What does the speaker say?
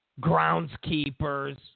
groundskeepers